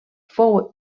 fou